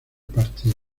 partido